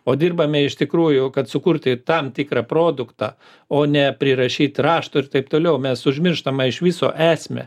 o dirbame iš tikrųjų kad sukurti tam tikrą produktą o ne prirašyt raštų ir taip toliau mes užmirštame iš viso esmę